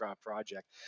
project